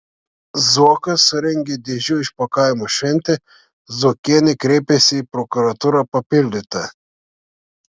zuokas surengė dėžių išpakavimo šventę zuokienė kreipėsi į prokuratūrą papildyta